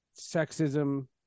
sexism